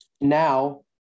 Now